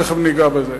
תיכף ניגע בזה.